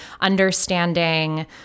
understanding